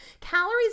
Calories